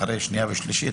אחרי שנייה ושלישית,